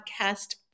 podcast